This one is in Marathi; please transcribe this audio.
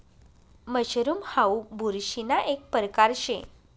मशरूम हाऊ बुरशीना एक परकार शे